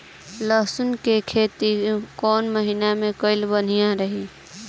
लहसुन क खेती कवने मौसम में कइल बढ़िया रही?